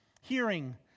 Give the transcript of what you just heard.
Hearing